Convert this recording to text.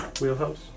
wheelhouse